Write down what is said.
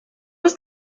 was